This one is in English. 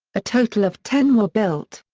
a total of ten were built.